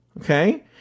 Okay